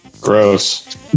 Gross